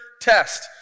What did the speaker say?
test